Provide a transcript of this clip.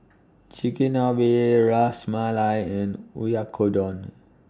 Chigenabe Ras Malai and Oyakodon